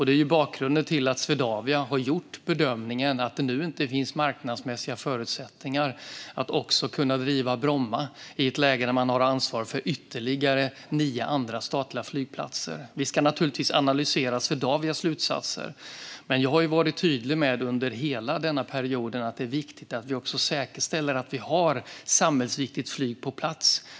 Detta är bakgrunden till att Swedavia har gjort bedömningen att det nu inte finns marknadsmässiga förutsättningar att driva också Bromma i ett läge där man har ansvar för ytterligare nio statliga flygplatser. Vi ska naturligtvis analysera Swedavias slutsatser. Jag har under hela denna period varit tydlig med att det är viktigt att vi säkerställer att vi har samhällsviktigt flyg på plats.